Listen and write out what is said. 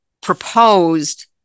proposed